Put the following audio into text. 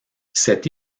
cette